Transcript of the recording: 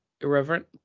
irreverent